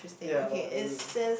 ya what what do you do